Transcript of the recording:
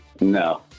No